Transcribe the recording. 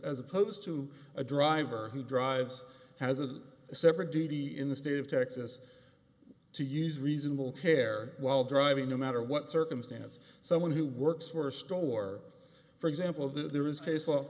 as opposed to a driver who drives has a separate d d in the state of texas to use reasonable care while driving no matter what circumstance someone who works for a store for example that there is